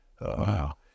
Wow